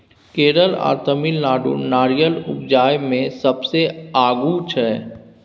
केरल आ तमिलनाडु नारियर उपजाबइ मे सबसे आगू छै